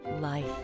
Life